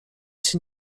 się